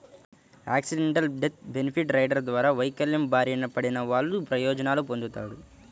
accidental death benefit rider ద్వారా వైకల్యం బారిన పడినవాళ్ళు ప్రయోజనాలు పొందుతాడు